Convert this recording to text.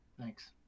Thanks